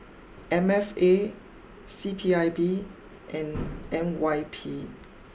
M F A C P I B and N Y P